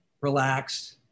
relaxed